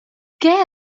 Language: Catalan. què